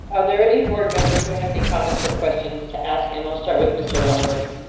are there any board members who have any comments or questions to ask and i'll start with mr lundberg.